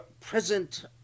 present